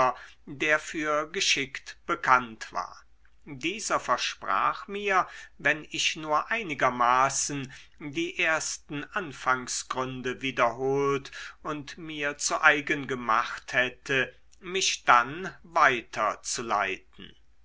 der für geschickt bekannt war dieser versprach mir wenn ich nur einigermaßen die ersten anfangsgründe wiederholt und mir zu eigen gemacht hätte mich dann